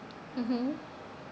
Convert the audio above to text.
mmhmm